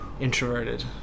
introverted